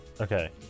Okay